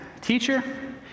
Teacher